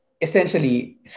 essentially